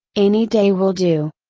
any day will do.